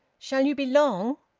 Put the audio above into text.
shall you be long?